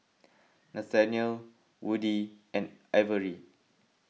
Nathaniel Woody and Averi